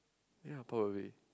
ya probably